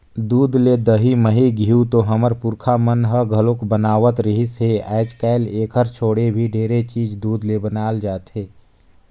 दूद ले दही, मही, घींव तो हमर पूरखा मन ह घलोक बनावत रिहिस हे, आयज कायल एखर छोड़े भी ढेरे चीज दूद ले बनाल जाथे